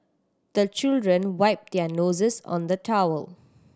the children wipe their noses on the towel